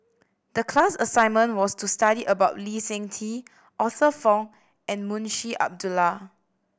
the class assignment was to study about Lee Seng Tee Arthur Fong and Munshi Abdullah